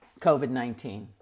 COVID-19